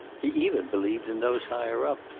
he even believed in those higher up.